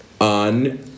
on